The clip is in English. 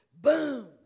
boom